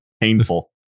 Painful